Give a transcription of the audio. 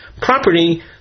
property